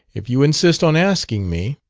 if you insist on asking me